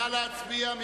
נא להצביע.